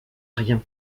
rien